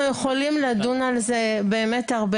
את זה אנחנו נשמור לדיון בשבוע הבא,